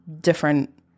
different